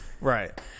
Right